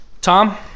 Tom